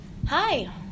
Hi